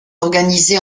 organisé